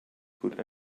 put